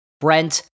Brent